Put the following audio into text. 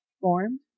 formed